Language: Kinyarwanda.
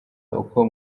uko